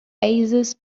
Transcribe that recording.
oasis